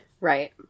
Right